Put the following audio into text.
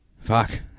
fuck